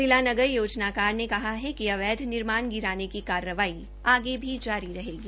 जिला नगर योजनाकार ने कहा कि अवैध निर्माण गिराने की कार्रवाई आगे भी जारी रहेगी